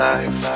Life